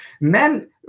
men